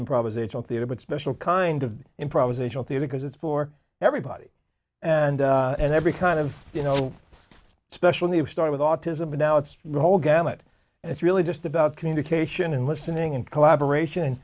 improvisational theater but special kind of improvisational theater because it's for everybody and and every kind of you know special needs start with autism but now it's the whole gamut and it's really just about communication and listening and and collaboration